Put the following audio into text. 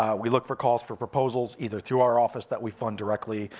um we look for calls for proposals, either through our office that we fund directly,